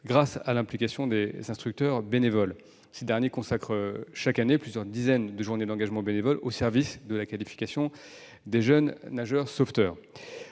grâce à l'implication des instructeurs bénévoles. Ces derniers consacrent chaque année plusieurs dizaines de journées d'engagement bénévole au service de la qualification des jeunes nageurs sauveteurs.